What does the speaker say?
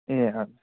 ए हजुर